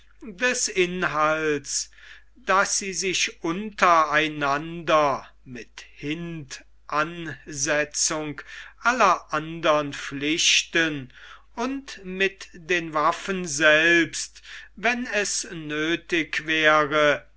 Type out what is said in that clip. des inhalts daß sie sich unter einander mit hintansetzung aller andern pflichten und mit den waffen selbst wenn es nöthig wäre